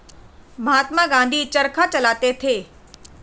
महात्मा गांधी चरखा चलाते थे